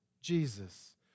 Jesus